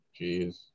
Jeez